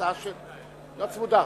לא צמודה?